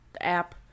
app